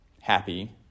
happy